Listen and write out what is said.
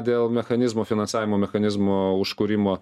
dėl mechanizmo finansavimo mechanizmo užkūrimo